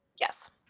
Yes